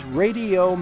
radio